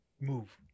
move